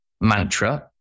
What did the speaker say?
mantra